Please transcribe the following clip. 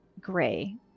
gray